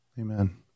Amen